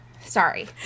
Sorry